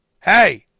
hey